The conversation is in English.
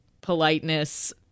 politeness